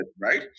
right